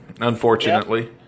unfortunately